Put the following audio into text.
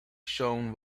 shown